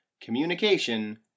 communication